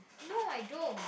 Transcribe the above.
no I don't